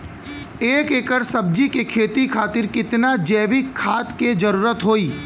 एक एकड़ सब्जी के खेती खातिर कितना जैविक खाद के जरूरत होई?